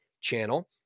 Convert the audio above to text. channel